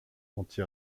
anti